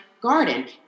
garden